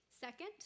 Second